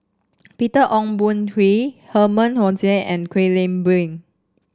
Peter Ong Boon Kwee Herman Hochstadt and Kwek Leng Beng